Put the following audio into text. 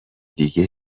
دیگه